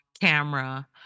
camera